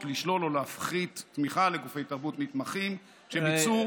לשלול או להפחית תמיכה לגופי תרבות נתמכים שביצעו,